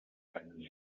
eine